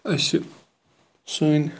أسۍ چھِ سٲنٛۍ